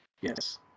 Yes